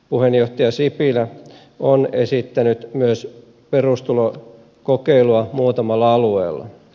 puheenjohtaja sipilä on esittänyt myös perustulokokeilua muutamalla alueella